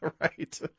Right